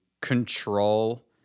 control